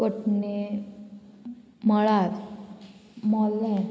पटणें मळार मोलें